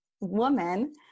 woman